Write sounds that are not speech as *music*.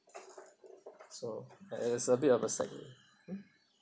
*noise* so like there's a bit of a mm